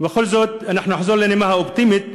ובכל זאת אנחנו נחזור לנימה האופטימית,